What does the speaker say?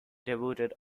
devoted